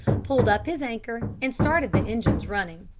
pulled up his anchor and started the engines running.